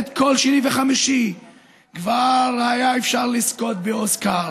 כל שני וחמישי כבר היה אפשר לזכות באוסקר.